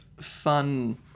fun